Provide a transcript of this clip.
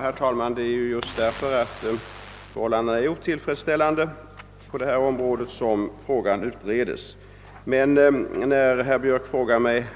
Herr talman! Det är just av den anledningen att förhållandena är otillfredsställande på detta område som frågan utreds. Herr Björk i Påarp frågade mig